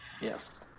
yes